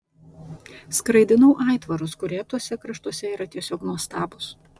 skraidinau aitvarus kurie tuose kraštuose yra tiesiog nuostabūs